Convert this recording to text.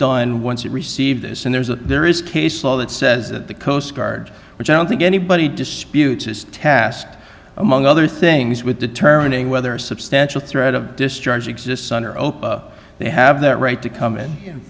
done once it received this and there's a there is case law that says that the coast guard which i don't think anybody disputes is tasked among other things with determining whether a substantial threat of discharge exists under oath they have that right to come in